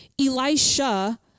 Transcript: Elisha